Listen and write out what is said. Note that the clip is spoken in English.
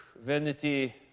vanity